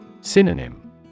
Synonym